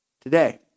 today